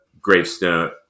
gravestone